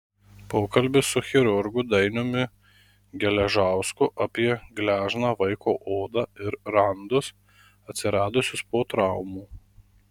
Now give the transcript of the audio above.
pokalbis su chirurgu dainiumi geležausku apie gležną vaiko odą ir randus atsiradusius po traumų